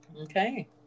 Okay